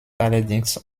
allerdings